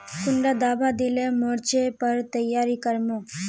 कुंडा दाबा दिले मोर्चे पर तैयारी कर मो?